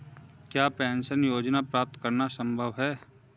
क्या पेंशन योजना प्राप्त करना संभव है?